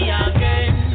again